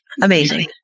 Amazing